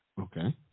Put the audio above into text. Okay